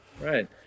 Right